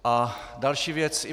A další věc.